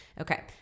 Okay